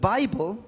Bible